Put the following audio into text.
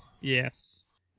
Yes